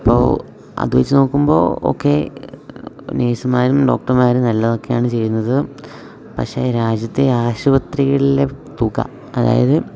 അപ്പോൾ അത് വെച്ചു നോക്കുമ്പോൾ ഓക്കെ നെഴ്സ്മാരും ഡോക്ടർമാരും നല്ലതൊക്കെയാണ് ചെയ്യുന്നത് പക്ഷേ രാജ്യത്തെ ആശുപത്രികളിലെ തുക അതായത്